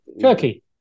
turkey